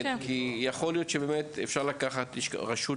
אפשר לקחת רשות,